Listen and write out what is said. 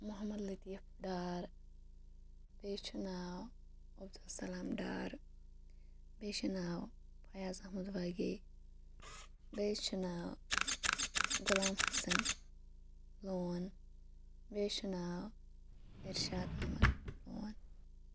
محمد لطیف ڈار بیٚیِس چھُ ناو عبدُل سلام ڈار بیٚیِس چھُ ناو فَیاض اَحمد واگے بیٚیِس چھُ ناو غۄلام حَسَن لون بیٚیِس چھُ ناو اِرشاد احمد لون